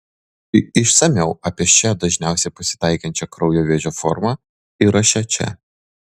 išsamiau apie šią dažniausiai pasitaikančią kraujo vėžio formą įraše čia